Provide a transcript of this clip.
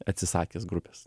atsisakęs grupės